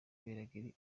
minagri